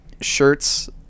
shirts